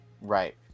right